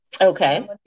Okay